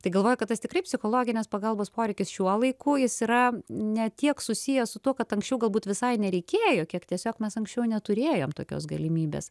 tai galvoju kad tas tikrai psichologinės pagalbos poreikis šiuo laiku jis yra ne tiek susijęs su tuo kad anksčiau galbūt visai nereikėjo kiek tiesiog mes anksčiau neturėjom tokios galimybės